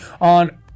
on